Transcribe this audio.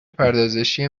پردازشی